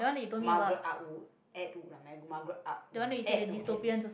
Margaret-Atwood Atwood lah Margaret A~ Margaret-Atwood no Atwood Atwood